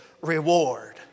reward